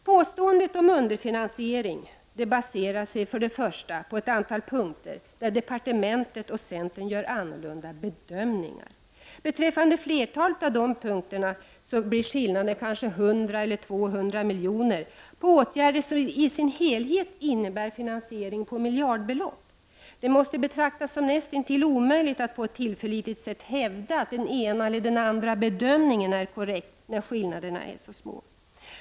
Påståendet om underfinansiering baserar sig först och främst på ett antal punkter där departementet och centern gör annorlunda bedömningar. Beträffande flertalet av dessa punkter blir skillnaderna kanske 100-200 milj.kr., när det gäller åtgärder som i sin helhet innebär finansiering på miljardbelopp. Det måste betraktas som näst intill omöjligt att på ett tillförlitligt sätt hävda att den ena eller andra bedömningen är korrekt när skillnaderna är så små.